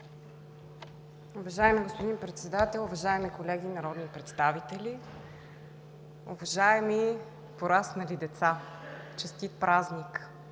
Уважаеми господин Председател, уважаеми колеги народни представители, уважаеми пораснали деца, честит празник!